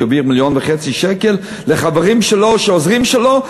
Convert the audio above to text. העביר 1.5 מיליון שקל לחברים שלו שעוזרים לו,